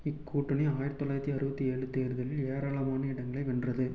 இக்கூட்டணி ஆயிரத்து தொள்ளாயிரத்து அறுபத்தேழு தேர்தலில் ஏராளமான இடங்களை வென்றது